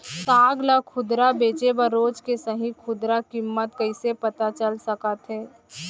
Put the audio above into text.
साग ला खुदरा बेचे बर रोज के सही खुदरा किम्मत कइसे पता चल सकत हे?